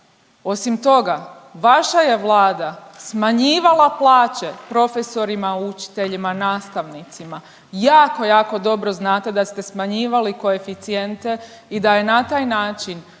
Osim toga, vaša je vlada smanjivala plaće profesorima, učiteljima, nastavnicima. Jako, jako dobro znate da ste smanjivali koeficijente i da je na taj način